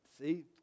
see